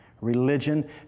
religion